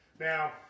Now